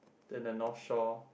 then the North Shore